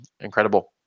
incredible